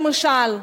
למשל?